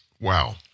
wow